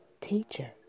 teacher